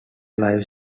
live